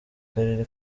karere